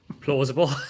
plausible